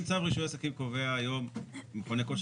אם צו רישוי עסקים קובע היום מכוני כושר